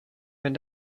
wenn